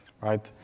right